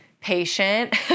patient